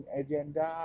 agenda